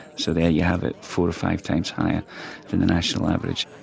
so there you have it, four or five times higher than the national average.